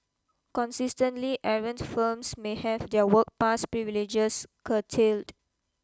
consistently errant firms may have their work pass privileges curtailed